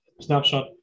snapshot